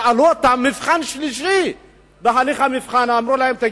שאלו אותם, מבחן שלישי, ואמרו להם: